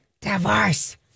divorce